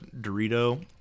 Dorito